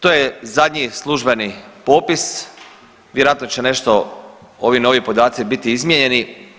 To je zadnji službeni popis, vjerojatno će nešto ovi novi podaci biti izmijenjeni.